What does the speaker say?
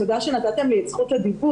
תודה שנתתם לי את זכות הדיבור.